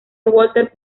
walter